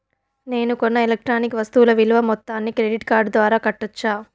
నేను కొన్న ఎలక్ట్రానిక్ వస్తువుల విలువ మొత్తాన్ని క్రెడిట్ కార్డు ద్వారా కట్టొచ్చా?